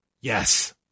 Yes